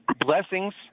blessings